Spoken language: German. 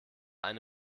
eine